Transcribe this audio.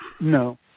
No